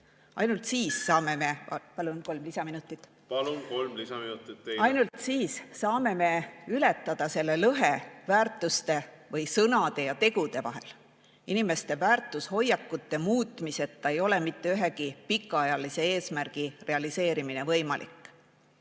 lisaminutit teile! ... ületada lõhe väärtuste või sõnade ja tegude vahel. Inimeste väärtushoiakute muutmiseta ei ole mitte ühegi pikaajalise eesmärgi realiseerimine võimalik.